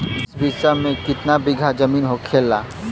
बीस बिस्सा में कितना बिघा जमीन होखेला?